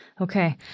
Okay